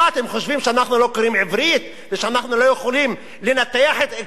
שאנחנו לא קוראים עברית ואנחנו לא יכולים לנתח כלכלה